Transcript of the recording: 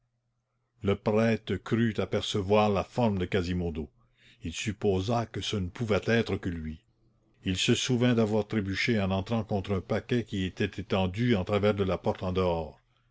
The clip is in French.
le prêtre crut apercevoir la forme de quasimodo il supposa que ce ne pouvait être que lui il se souvint d'avoir trébuché en entrant contre un paquet qui était étendu en travers de la porte en dehors